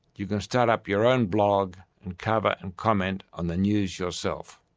you can start up your own blog and cover and comment on the news yourself.